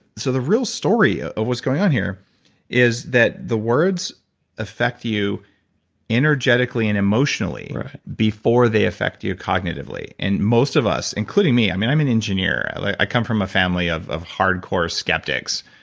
so the real story ah of what's going on here is that the words effect you energetically and emotionally before they effect you cognitively. and most of us, including me. i'm i'm an engineer. i come from a family of of hardcore skeptics.